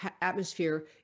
atmosphere